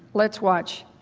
let's watch.